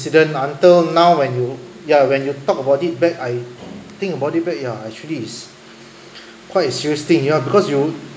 incident until now when you ya when you talk about it back I think about it back ya actually it's quite a serious thing ya because you